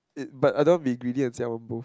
it but I don't want to be greedy and say I wan both